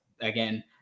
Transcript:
again